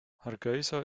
hargeysa